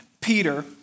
Peter